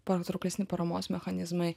patrauklesni paramos mechanizmai